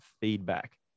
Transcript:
feedback